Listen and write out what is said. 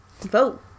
Vote